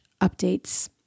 updates